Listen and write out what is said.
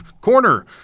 Corner